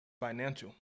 financial